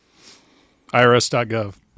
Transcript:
IRS.gov